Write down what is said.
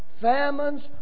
famines